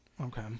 Okay